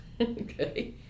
Okay